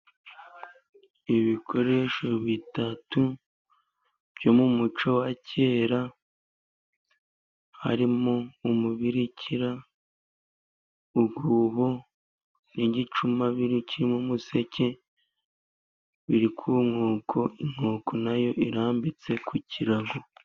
Ibikoresho bitatu byo mu muco wa kera, harimo umubirikira, uruho n'igicuma kirimo umuseke, biri ku nkoko, inkoko na yo irambitse ku kirago.